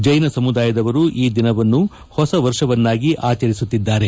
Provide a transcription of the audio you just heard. ಜೈನ ಸಮುದಾಯದವರು ಈ ದಿನವನ್ನು ಹೊಸ ವರ್ಷವನ್ನಾಗಿ ಆಚರಿಸುತ್ತಿದ್ದಾರೆ